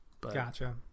Gotcha